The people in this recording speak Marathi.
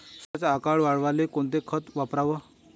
संत्र्याचा आकार वाढवाले कोणतं खत वापराव?